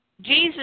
Jesus